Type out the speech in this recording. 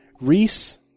Reese